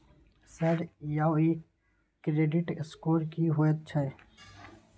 Sir यौ इ credit score की होयत छै?